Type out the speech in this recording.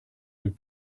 route